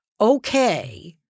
okay